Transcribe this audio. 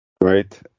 Right